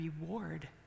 reward